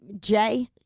Jay